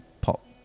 pop